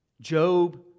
Job